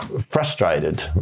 frustrated